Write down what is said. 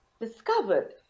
discovered